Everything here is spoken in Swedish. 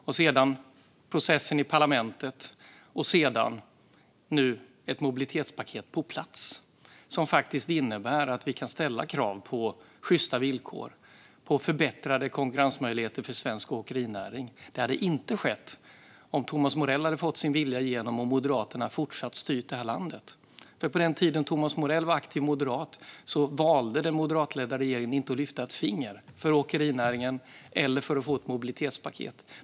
Sedan var det processen i parlamentet och nu ett mobilitetspaket på plats som faktiskt innebär att vi kan ställa krav på sjysta villkor och förbättrade konkurrensmöjligheter för svensk åkerinäring. Det hade inte skett om Thomas Morell hade fått sin vilja igenom och om Moderaterna fortsatt hade styrt detta land. På den tiden som Thomas Morell var aktiv moderat valde den moderatledda regeringen att inte lyfta ett finger för åkerinäringen eller för att få ett mobilitetspaket.